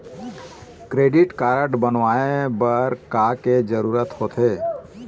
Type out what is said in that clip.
Credit card बनवाए बर का के जरूरत होते?